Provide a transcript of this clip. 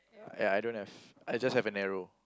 ya I don't have I just have an arrow